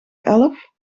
elf